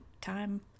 Time